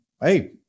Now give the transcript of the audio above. hey